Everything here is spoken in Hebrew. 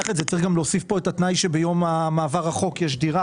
להוסיף כאן את התנאי שביום מעבר החוק יש דירה,